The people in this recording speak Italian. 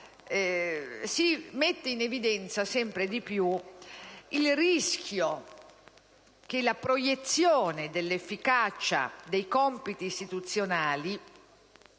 si mette in evidenza sempre più il rischio che la proiezione dell'efficacia dei compiti istituzionali